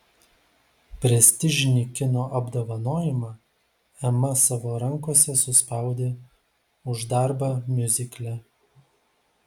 prestižinį kino apdovanojimą ema savo rankose suspaudė už darbą miuzikle